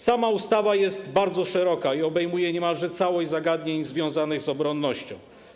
Sama ustawa jest bardzo szeroka i obejmuje niemalże całość zagadnień związanych z obronnością.